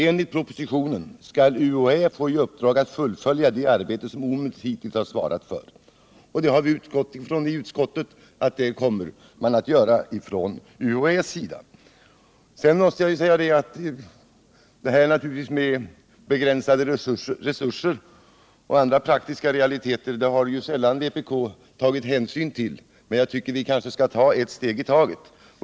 Enligt propositionen skall UHÄ få i uppdrag att fullfölja det arbete som OMUS hittills har svarat för.” Och vi har i utskottet utgått från att UHÄ kommer att fullfölja detta arbete. Sedan måste jag säga att vpk sällan har tagit hänsyn till sådant som begränsade resurser och andra praktiska realiteter. Jag tycker att vi skall ta ett steg i taget.